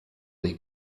des